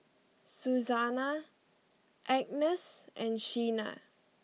Susana Agness and Shena